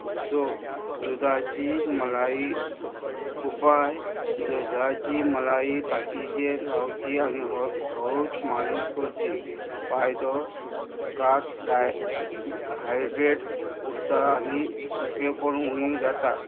so दुदाची मलाई उपाय दुदाची मलाई कातीचेर लावची आनी हळ हळू मारिश करची फायदो कात डायड्रेट उरता आनी सुकेंपण उणी जाता